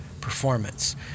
performance